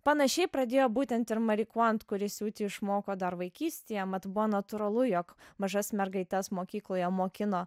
panašiai pradėjo būtent ir mari kuant kuri siūti išmoko dar vaikystėje mat buvo natūralu jog mažas mergaites mokykloje mokino